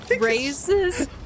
raises